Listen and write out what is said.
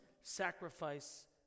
sacrifice